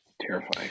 Terrifying